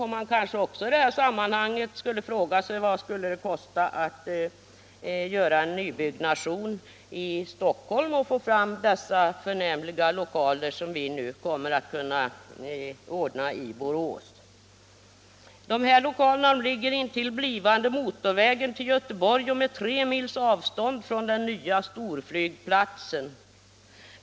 Man kanske också i detta sammanhang borde fråga sig vad det skulle kosta att göra en nybyggnation i Stockholm för att få fram sådana förnämliga lokaler som vi kommer att kunna ordna i Borås. Lokalerna ligger intill blivande motorvägen till Göteborg och på tre mils avstånd från den nya storflygplatsen.